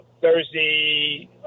Thursday